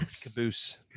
Caboose